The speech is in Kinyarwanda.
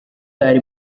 ari